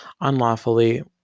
unlawfully